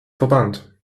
verband